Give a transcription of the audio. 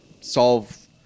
solve